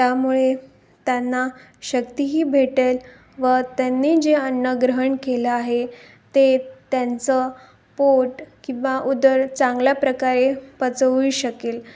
त्यामुळे त्यांना शक्तीही भेटेल व त्यांनी जे अन्न ग्रहण केलं आहे ते त्यांचं पोट किंवा उदर चांगल्या प्रकारे पचवू शकेल